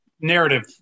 narrative